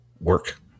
work